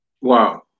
Wow